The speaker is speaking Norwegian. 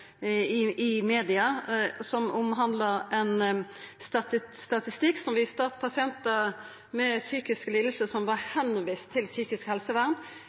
i media, som omhandla ein statistikk som viste at ein stor del av pasientane med psykiske lidingar som var overlatne til psykisk helsevern,